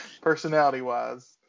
Personality-wise